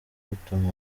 bituma